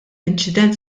inċident